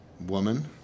woman